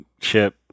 Chip